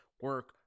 Work